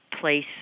place